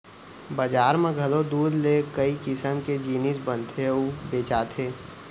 बजार म घलौ दूद ले कई किसम के जिनिस बनथे अउ बेचाथे